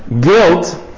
Guilt